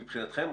מבחינתכם,